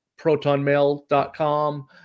ProtonMail.com